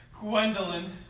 Gwendolyn